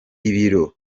ibiro